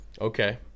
Okay